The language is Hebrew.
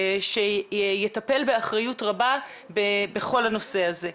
שיטפל באחריות רבה בכל הנושא הזה.